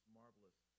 marvelous